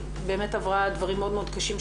היא באמת עברה דברים מאוד מאוד קשים,